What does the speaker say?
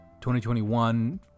2021